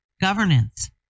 governance